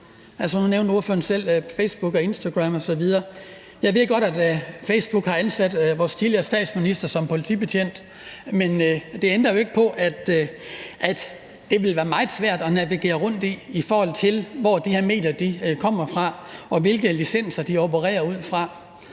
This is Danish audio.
jeg ved godt, at Facebook har ansat vores tidligere statsminister som politibetjent, men det ændrer jo ikke på, at det ville være meget svært at navigere rundt i, i forhold til hvor de her medier kommer fra og hvilke licenser de opererer ud fra,